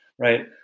right